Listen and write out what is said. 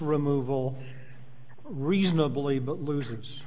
removal reasonably but loses